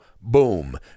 boom